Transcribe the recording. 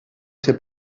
ser